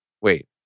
wait